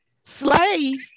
slave